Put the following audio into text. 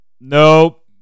nope